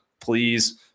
Please